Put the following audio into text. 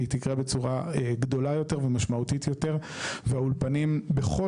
והיא תקרה בצורה גדולה יותר ומשמעותית יותר והאולפנים בכל